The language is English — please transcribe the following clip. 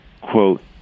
quote